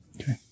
Okay